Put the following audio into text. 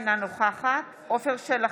אינה נוכחת עפר שלח,